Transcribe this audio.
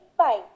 pi